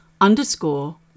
underscore